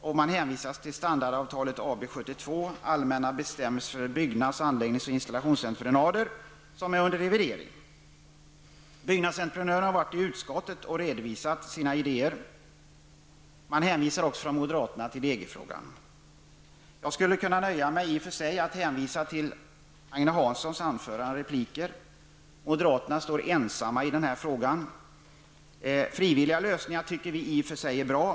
De hänvisar till standardavtalet AB 72, Allmänna bestämmelser för byggnads-, anläggnings och installationsentreprenader, som är under revidering. Byggnadsentreprenörer har besökt utskottet och där redovisat sina idéer. Men moderaterna hänvisar också till EG-frågan. I och för sig skulle jag kunna nöja mig med att hänvisa till Agne Hanssons anförande och repliker. Moderaterna står alltså ensamma i den här frågan. Frivilliga lösningar är enligt vår mening i och för sig bra.